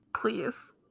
Please